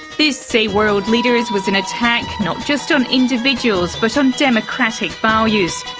this, say world leaders, was an attack not just on individuals but on democratic values.